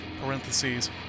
parentheses